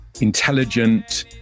intelligent